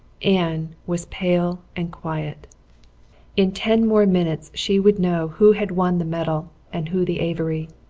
anne was pale and quiet in ten more minutes she would know who had won the medal and who the avery.